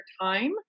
time